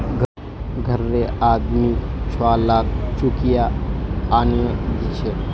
घररे आदमी छुवालाक चुकिया आनेय दीछे